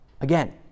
Again